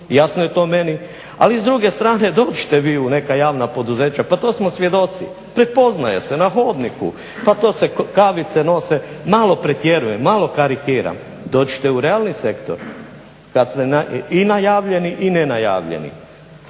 Jasno je to meni, ali s druge strane dođite vi u neka javna poduzeća. Pa to smo svjedoci, prepoznaje se na hodniku. Pa to se kavice nose, malo pretjerujem, malo karikiram. Dođite u realni sektor kad ste i najavljeni i nenajavljeni.